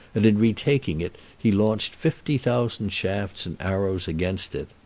and in retaking it he launched fifty thousand shafts and arrows against it.